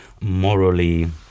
morally